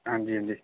हां जी हां जी